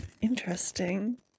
Interesting